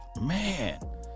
Man